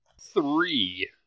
Three